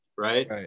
Right